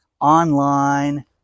online